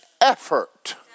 effort